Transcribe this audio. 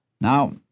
Now